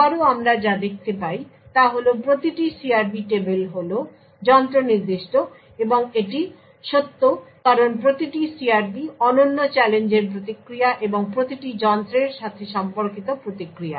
আবারও আমরা যা দেখতে পাই তা হল প্রতিটি CRP টেবিল হল যন্ত্র নির্দিষ্ট এবং এটি সত্য কারণ প্রতিটি CRP অনন্য চ্যালেঞ্জের প্রতিক্রিয়া এবং প্রতিটি যন্ত্রের সাথে সম্পর্কিত প্রতিক্রিয়া